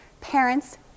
Parents